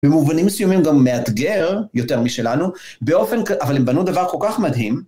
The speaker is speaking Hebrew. במובנים מסוימים גם מאתגר יותר משלנו, באופן כ-, אבל הם בנו דבר כל כך מדהים.